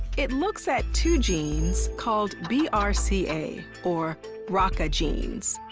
it looks at two genes called b r c a, or bra-ka genes.